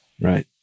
Right